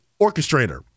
orchestrator